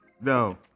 No